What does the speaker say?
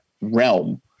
realm